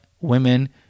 women